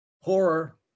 horror